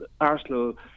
Arsenal